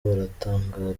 baratangara